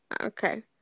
Okay